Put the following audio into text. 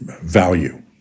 value